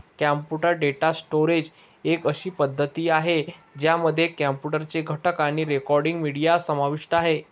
computer data storage एक अशी पद्धती आहे, ज्यामध्ये कॉम्प्युटर चे घटक आणि रेकॉर्डिंग, मीडिया समाविष्ट आहे